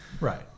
Right